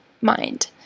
mind